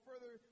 further